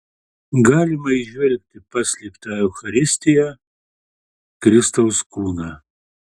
galima įžvelgti paslėptą eucharistiją kristaus kūną